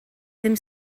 ddim